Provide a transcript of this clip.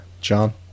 John